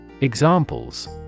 Examples